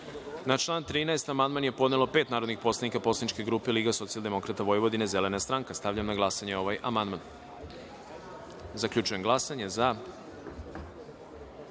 član 13. amandman je podnelo pet narodnih poslanika poslaničke grupe Liga socijaldemokrata Vojvodine – Zelena stranka. Stavljam na glasanje ovaj